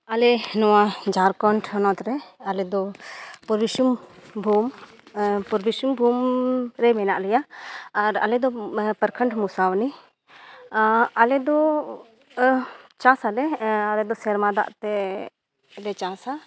ᱟᱞᱮ ᱱᱚᱣᱟ ᱡᱷᱟᱲᱠᱷᱚᱸᱰ ᱦᱚᱱᱚᱛ ᱨᱮ ᱟᱞᱮ ᱫᱚ ᱯᱩᱨᱵᱤ ᱥᱤᱝᱵᱷᱩᱢ ᱯᱩᱨᱵᱤ ᱥᱤᱝᱵᱷᱩᱢ ᱨᱮ ᱢᱮᱱᱟᱜ ᱞᱮᱭᱟ ᱟᱨ ᱟᱞᱮ ᱫᱚ ᱯᱚᱨᱠᱷᱚᱱᱰ ᱢᱚᱥᱟᱵᱩᱱᱤ ᱟᱞᱮ ᱫᱚ ᱪᱟᱥᱟᱞᱮ ᱟᱞᱮ ᱫᱚ ᱥᱮᱨᱢᱟ ᱫᱟᱜ ᱛᱮ ᱞᱮ ᱪᱟᱥᱟ